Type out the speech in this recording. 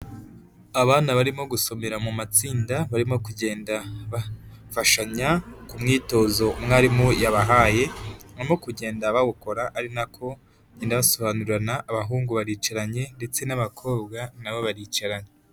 Abana barimo gusomera mu matsinda barimo kugenda bafashanya ku myitozo umwarimu yabahaye, barimo kugenda bawukora ari nako bagenda basobanurirana, abahungu baricaranye ndetse n'abakobwa nabo baricaranye.